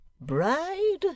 Bride